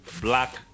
black